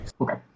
Okay